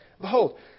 Behold